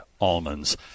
almonds